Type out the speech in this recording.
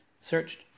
searched